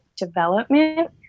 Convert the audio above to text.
development